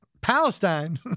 Palestine